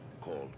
called